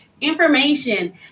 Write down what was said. information